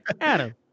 Adam